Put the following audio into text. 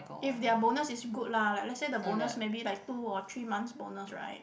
if their bonus is good lah like lets say the bonus maybe like two or three months bonus right